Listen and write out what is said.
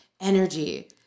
energy